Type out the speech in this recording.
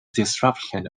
disruption